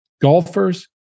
Golfers